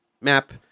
map